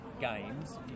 games